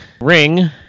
Ring